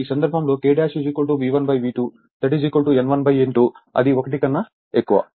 కాబట్టి ఈ సందర్భంలో K V1 V2 N1 N2 అది 1 కన్నా ఎక్కువ